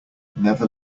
never